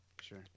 Sure